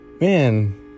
man